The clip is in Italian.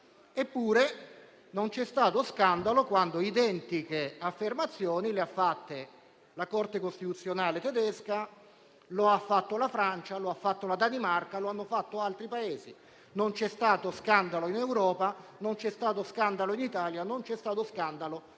Eppure non c'è stato scandalo quando identiche affermazioni le ha fatte la Corte costituzionale tedesca, le ha fatte la Francia, le ha fatte la Danimarca e le hanno fatte altri Paesi; non c'è stato scandalo in Europa, non c'è stato scandalo in Italia e non c'è stato scandalo sui